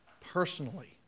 personally